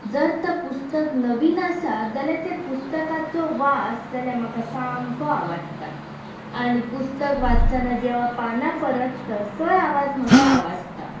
जर ता पुस्तक नवीन आसा जाल्यार तें पुस्तकाचो वास जाल्यार म्हाका सामको आवाडटा आनी पुस्तक वाचतना जेवा पानां परततय तोय आवाज म्हाका आवडटा